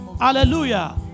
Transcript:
Hallelujah